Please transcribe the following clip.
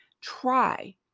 try